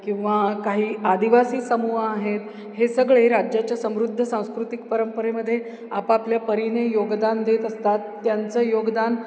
किंवा काही आदिवासी समूह आहेत हे सगळे राज्याच्या समृद्ध सांस्कृतिक परंपरेमध्ये आपापल्या परीने योगदान देत असतात त्यांचं योगदान